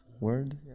word